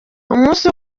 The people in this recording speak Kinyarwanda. umunsi